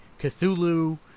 Cthulhu